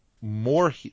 more